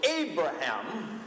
Abraham